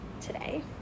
today